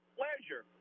pleasure